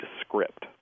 script